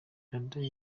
ndadaye